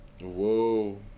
Whoa